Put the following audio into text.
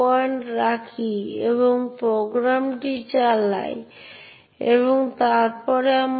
অনুমতির ক্ষেত্রে যখন একটি প্রক্রিয়া তৈরি হয় তখন চাইল্ড প্রক্রিয়াটি অভিভাবকদের মতো একই uid এবং gid পায়